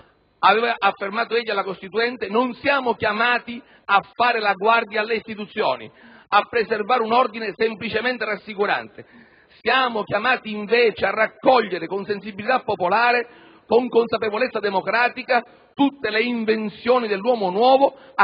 egli affermato alla Costituente - «non siamo chiamati a fare la guardia alle istituzioni, a preservare un ordine semplicemente rassicurante. Siamo chiamati invece a raccogliere con sensibilità popolare, con consapevolezza democratica, tutte le invenzioni dell'uomo nuovo a questo